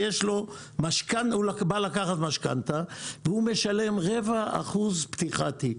הוא בא לקחת משכנתה והוא משלם רבע אחוז פתיחת תיק,